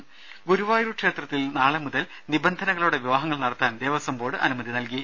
ദേഴ ഗുരുവായൂർ ക്ഷേത്രത്തിൽ നാളെ മുതൽ നിബന്ധനങ്ങളോടെ വിവാഹങ്ങൾ നടത്താൻ ദേവസ്വം ബോർഡ് അനുമതി നൽകി